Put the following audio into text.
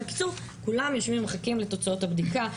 בקיצור כולם יושבים ומחכים לתוצאות הבדיקה.